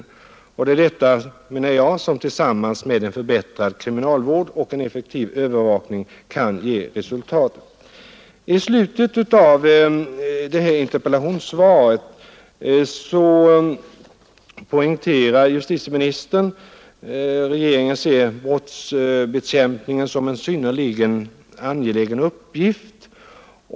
Det är detta som tillsammans med en förbättrad kriminalvård och effektiv övervakning kan ge resultat. I slutet av interpellationssvaret poängterar justitieministern att regeringen ser brottsbekämpningen som en synnerligen angelägen uppgift.